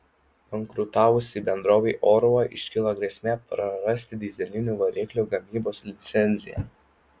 bankrutavusiai bendrovei oruva iškilo grėsmė prarasti dyzelinių variklių gamybos licenciją